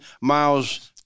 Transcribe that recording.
miles